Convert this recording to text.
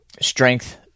strength